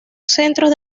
centros